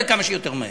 וכמה שיותר מהר.